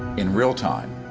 in real-time,